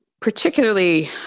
particularly